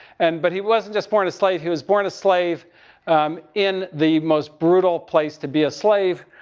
and but he wasn't just born a slave, he was born a slave in the most brutal place to be a slave.